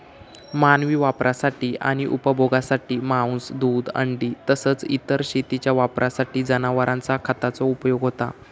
मानवी वापरासाठी आणि उपभोगासाठी मांस, दूध, अंडी तसाच इतर शेतीच्या वापरासाठी जनावरांचा खताचो उपयोग होता